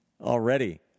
already